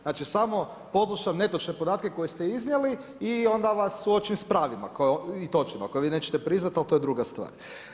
Znači samo … netočne podatke koje ste iznijeli i onda vas suočim sa pravima i točno, ako vi neće priznati ali to je druga stvar.